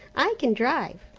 i can drive.